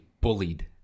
bullied